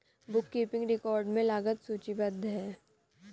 book keeping record में लागत सूचीबद्ध है